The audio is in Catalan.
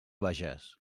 bages